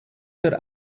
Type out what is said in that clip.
der